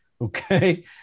Okay